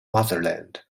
motherland